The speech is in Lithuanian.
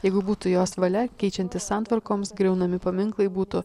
jeigu būtų jos valia keičiantis santvarkoms griaunami paminklai būtų